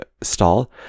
stall